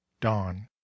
dawn